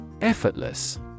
Effortless